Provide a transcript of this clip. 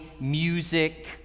music